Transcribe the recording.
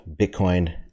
Bitcoin